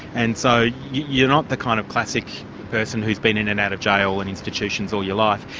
and so you're not the kind of classic person who's been in and out of jail and institutions all your life.